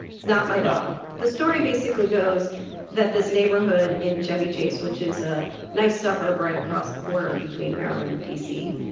it's not my dog oh the story basically goes that this neighborhood in chevy chase, which is a nice suburb right across the border between maryland and d c.